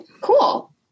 Cool